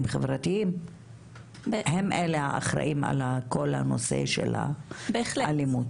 חברתיים הם אלה האחראים על כל הנושא של האלימות.